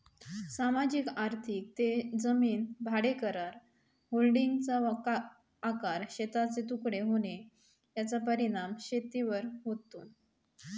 सामाजिक आर्थिक ते जमीन भाडेकरार, होल्डिंग्सचा आकार, शेतांचे तुकडे होणे याचा शेतीवर परिणाम होतो